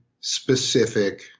specific